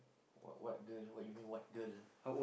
what what girl what you mean what girl